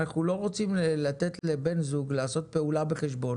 אנחנו לא רוצים לתת לבן זוג לעשות פעולה בחשבון